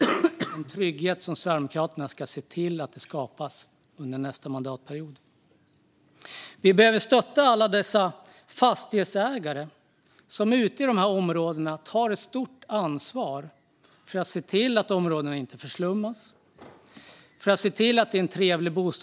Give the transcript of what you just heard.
Denna trygghet ska Sverigedemokraterna se till att skapa under nästa mandatperiod. Vi behöver stötta alla fastighetsägare som tar ett stort ansvar för att se till att dessa områden inte förslummas och att bostadsmiljön är trevlig.